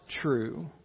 true